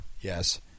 Yes